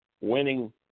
winning